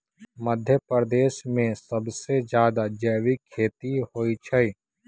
मध्यप्रदेश में सबसे जादा जैविक खेती होई छई